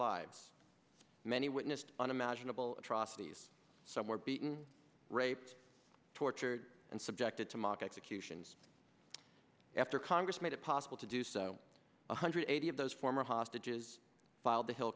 lives many witnessed unimaginable atrocities some were beaten raped tortured and subjected to mock executions after congress made it possible to do so one hundred eighty of those former hostages filed the hill